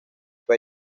fue